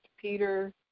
Peter